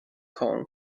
kong